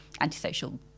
antisocial